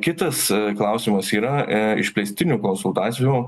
kitas klausimas yra išplėstinių konsultacijų